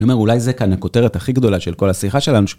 נאמר, אולי זה כאן הכותרת הכי גדולה של כל השיחה שלנו.